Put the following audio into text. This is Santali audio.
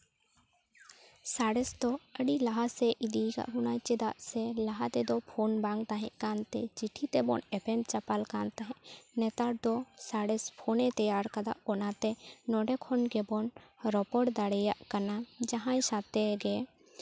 ᱥᱟᱬᱮᱥ ᱫᱚ ᱟᱹᱰᱤ ᱞᱟᱦᱟ ᱥᱮᱫ ᱤᱫᱤ ᱟᱠᱟᱫ ᱵᱚᱱᱟᱭ ᱪᱮᱫᱟᱜ ᱥᱮ ᱞᱟᱦᱟ ᱛᱮᱫᱚ ᱯᱷᱳᱱ ᱵᱟᱝ ᱛᱟᱦᱮᱸ ᱠᱟᱱᱛᱮ ᱪᱤᱴᱷᱤ ᱛᱮᱵᱚᱱ ᱮᱯᱮᱢ ᱪᱟᱯᱟᱞ ᱠᱟᱱ ᱛᱟᱦᱮᱸᱫ ᱱᱮᱛᱟᱨ ᱫᱚ ᱥᱟᱬᱮᱥ ᱯᱷᱳᱱᱮ ᱛᱮᱭᱟᱨ ᱟᱠᱟᱫᱟ ᱚᱱᱟᱛᱮ ᱱᱚᱰᱮ ᱠᱷᱚᱱ ᱜᱮᱵᱚᱱ ᱨᱚᱯᱚᱲ ᱫᱟᱲᱮᱭᱟᱜ ᱠᱟᱱᱟ ᱡᱟᱦᱟᱸᱭ ᱥᱟᱶᱛᱮ ᱜᱮ